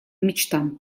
мечтам